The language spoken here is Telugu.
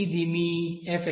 ఇది మీ f